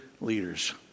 leaders